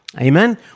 amen